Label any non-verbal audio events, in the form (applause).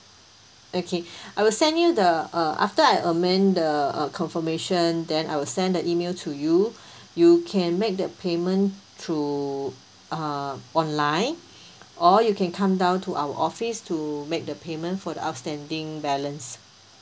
okay (breath) I will send you the uh after I amend the uh confirmation then I will send the email to you (breath) you can make the payment through uh online (breath) or you can come down to our office to make the payment for the outstanding balance